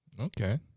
okay